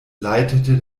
leitete